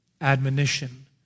admonition